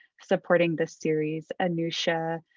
supporting the series anusha,